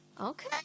Okay